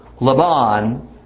Laban